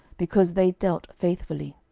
because they dealt faithfully.